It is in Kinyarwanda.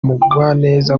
mugwaneza